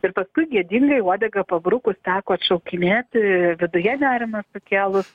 ir paskui gėdingai uodegą pabrukus teko atšaukinėti viduje nerimą sukėlus